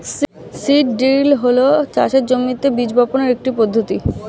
seed drill হল চাষের জমিতে বীজ বপনের একটি পদ্ধতি